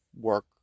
work